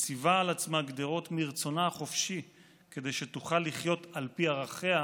מציב על עצמו גדרות מרצונו החופשי כדי שיוכל לחיות על פי ערכיה,